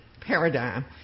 paradigm